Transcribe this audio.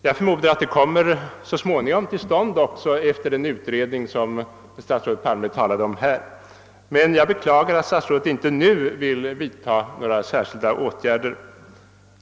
Jag förmodar att en sådan också så småningom kommer till stånd efter den utredning som statsrådet Palme talade om här. Jag beklagar dock att statsrådet inte redan nu vill vidta några särskilda åtgärder.